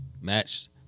matched